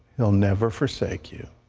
he'll never forsake you